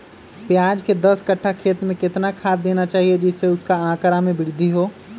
प्याज के दस कठ्ठा खेत में कितना खाद देना चाहिए जिससे उसके आंकड़ा में वृद्धि हो?